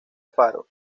faro